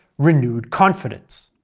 renewed confidence.